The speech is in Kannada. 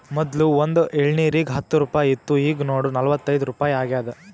ಮೊದ್ಲು ಒಂದ್ ಎಳ್ನೀರಿಗ ಹತ್ತ ರುಪಾಯಿ ಇತ್ತು ಈಗ್ ನೋಡು ನಲ್ವತೈದು ರುಪಾಯಿ ಆಗ್ಯಾದ್